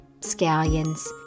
scallions